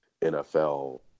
NFL